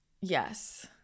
yes